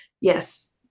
yes